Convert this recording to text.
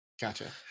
Gotcha